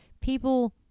people